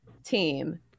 team